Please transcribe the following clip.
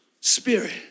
spirit